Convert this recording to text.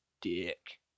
Dick